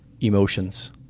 emotions